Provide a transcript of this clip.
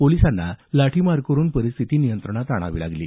पोलिसांना लाठीमार करून परिस्थिती नियंत्रणात आणावी लागली